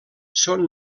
són